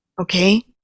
okay